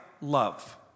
love